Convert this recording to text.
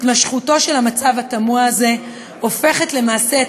התמשכותו של המצב התמוה הזה הופכת למעשה את